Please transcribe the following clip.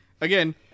again